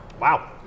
Wow